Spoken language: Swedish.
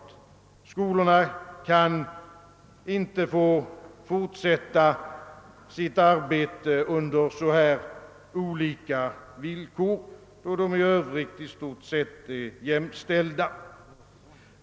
Dessa skolors fortsatta arbete kan inte få bedrivas under så olika villkor, eftersom de i Övrigt i stort sett är jämställda.